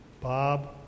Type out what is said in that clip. Bob